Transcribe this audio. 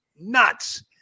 nuts